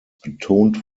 betont